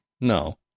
No